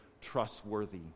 trustworthy